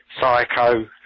psycho